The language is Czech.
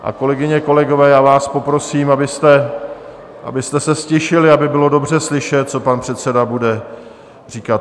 A kolegyně, kolegové, já vás poprosím, abyste se ztišili, aby bylo dobře slyšet, co pan předseda bude říkat.